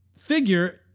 figure